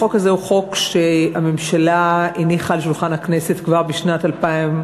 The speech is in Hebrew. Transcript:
החוק הזה הוא חוק שהממשלה הניחה על שולחן הכנסת כבר בשנת 2012,